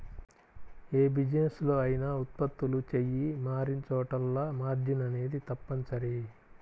యే బిజినెస్ లో అయినా ఉత్పత్తులు చెయ్యి మారినచోటల్లా మార్జిన్ అనేది తప్పనిసరి